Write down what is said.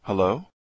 Hello